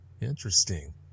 Interesting